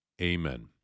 Amen